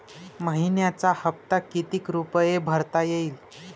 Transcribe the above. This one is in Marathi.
मइन्याचा हप्ता कितीक रुपये भरता येईल?